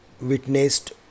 witnessed